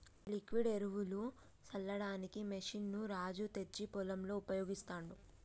ఈ లిక్విడ్ ఎరువులు సల్లడానికి మెషిన్ ని రాజు తెచ్చి పొలంలో ఉపయోగిస్తాండు